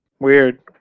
Weird